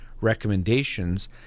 recommendations